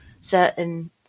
certain